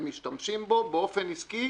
הן משתמשים בו באופן עסקי,